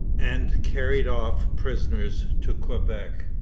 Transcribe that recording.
and carried off prisoners to quebec.